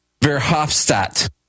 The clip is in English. Verhofstadt